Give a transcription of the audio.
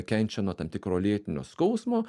kenčia nuo tam tikro lėtinio skausmo